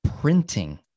printing